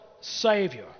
Savior